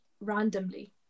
randomly